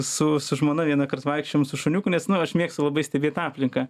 su žmona vienąkart vaikščiojom su šuniuku nes nu aš mėgstu labai stebėt aplinką